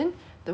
it tastes